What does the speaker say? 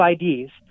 IDs